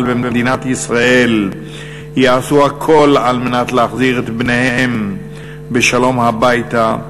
ומדינת ישראל יעשו הכול כדי להחזיר את בניהן בשלום הביתה,